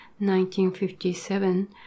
1957